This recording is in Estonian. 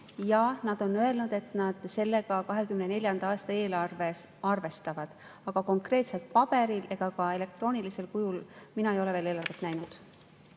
nad on öelnud, et sellega nad 2024. aasta eelarves arvestavad. Aga konkreetselt paberil ega ka elektroonilisel kujul ei ole mina veel eelarvet näinud.